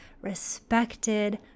respected